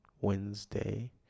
Wednesday